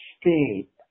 state